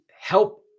help